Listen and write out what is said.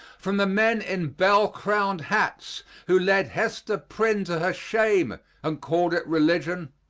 from the men in bell-crown hats who led hester prynne to her shame and called it religion,